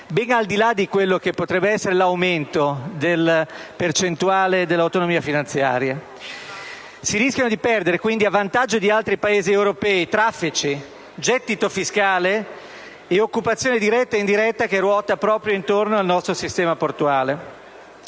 ben al di là di quello che potrebbe essere l'aumento della percentuale dell'autonomia finanziaria. Si rischiano quindi di perdere, a vantaggio di altri Paesi europei: traffici, gettito fiscale e occupazione diretta e indiretta che ruota intorno al nostro sistema portuale.